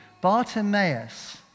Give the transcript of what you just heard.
Bartimaeus